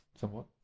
somewhat